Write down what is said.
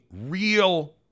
real